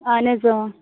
اہن حظ